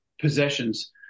possessions